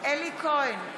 אלי כהן,